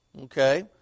Okay